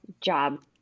job